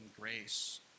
grace